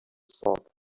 thought